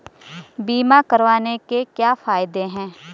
बीमा करवाने के क्या फायदे हैं?